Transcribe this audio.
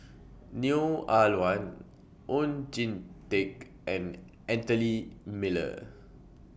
Neo Ah Luan Oon Jin Teik and Anthony Miller